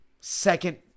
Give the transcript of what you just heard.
Second